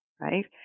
Right